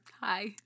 Hi